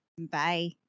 bye